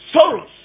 sorrows